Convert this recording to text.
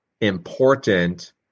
important